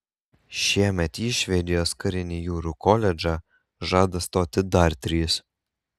šiemet į švedijos karinį jūrų koledžą žada stoti dar trys